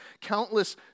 countless